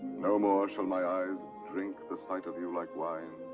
no more shall my eyes drink the sight of you like wine,